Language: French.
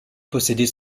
possédait